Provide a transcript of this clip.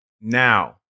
now